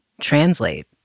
translate